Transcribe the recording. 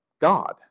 God